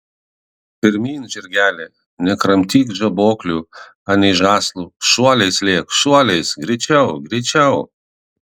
pirmyn žirgeli nekramtyk žaboklių anei žąslų šuoliais lėk šuoliais greičiau greičiau